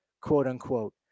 quote-unquote